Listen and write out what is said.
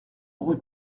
rue